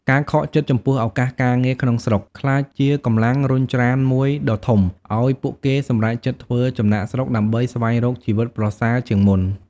ការខកចិត្តចំពោះឱកាសការងារក្នុងស្រុក ក្លាយជាកម្លាំងរុញច្រានមួយដ៏ធំឱ្យពួកគេសម្រេចចិត្តធ្វើចំណាកស្រុកដើម្បីស្វែងរកជីវិតប្រសើរជាងមុន។